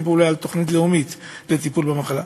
פה אולי על תוכנית לאומית לטיפול במחלה,